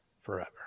forever